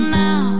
now